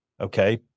Okay